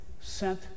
sent